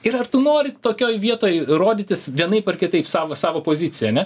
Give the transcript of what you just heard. ir ar tu nori tokioj vietoj rodytis vienaip ar kitaip savo savo poziciją ane